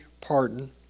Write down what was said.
pardon